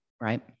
Right